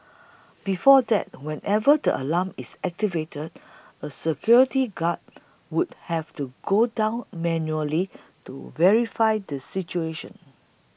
before that whenever the alarm is activated a security guard would have to go down manually to verify the situation